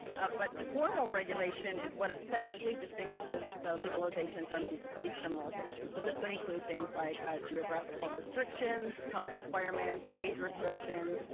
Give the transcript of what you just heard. but formal regulation is what essentially distinguishes the legalization from decriminalization. so this would include things like ah geographical restrictions, health requirements, age restrictions,